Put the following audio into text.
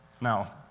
Now